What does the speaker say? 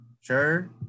Sure